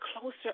closer